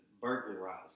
burglarize